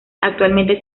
actualmente